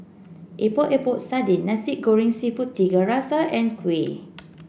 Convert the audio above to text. Epok Epok Sardin Nasi Goreng seafood Tiga Rasa and Kuih